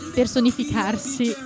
personificarsi